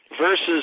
versus